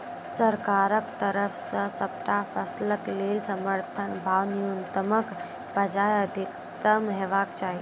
सरकारक तरफ सॅ सबटा फसलक लेल समर्थन भाव न्यूनतमक बजाय अधिकतम हेवाक चाही?